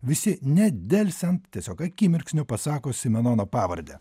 visi nedelsiant tiesiog akimirksniu pasako simenono pavardę